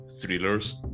thrillers